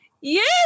yes